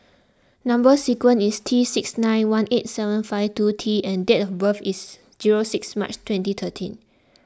Number Sequence is T six nine one eight seven five two T and date of birth is zero six March twenty thirteen